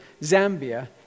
Zambia